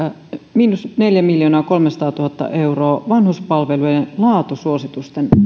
miinus neljämiljoonaakolmesataatuhatta euroa vanhuspalvelujen laatusuositusten